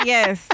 Yes